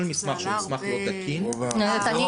כל מסמך שהוא מסמך לא תקין --- זה עלה הרבה.